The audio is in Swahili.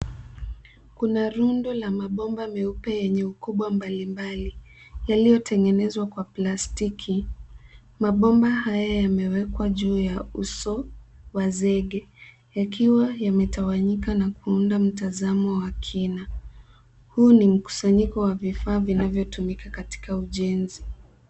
Kuna rundo la mabomba meupe yenye ukubwa mbalimbali yaliyotengenezwa kwa plastiki. Mabomba haya yamewekwa juu ya uso wa zege yakiwa yametawanyika na kuunda mtazamo wa kina. Huu ni mkusanyiko wa vifaa vinavyotumika katika ujenzi.